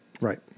Right